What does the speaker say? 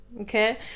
okay